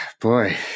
boy